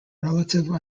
relative